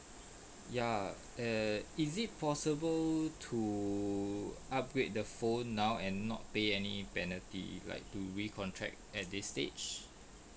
ya err is it possible to upgrade the phone now and not pay any penalty like to re-contract at this stage